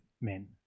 men